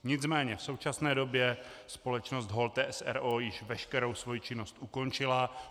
Nicméně v současné době společnost Holte, s. r. o. již veškerou svoji činnost ukončila.